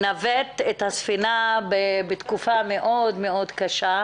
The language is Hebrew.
שמירב מובילה את העולם של טיפול בקשישים שהוא טבעי לוועדה הזו.